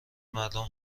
مردم